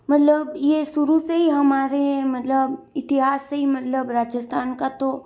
मतलब ये शुरू से ही हमारे मतलब इतिहास से ही मतलब राजस्थान का तो